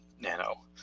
Nano